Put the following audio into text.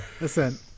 Listen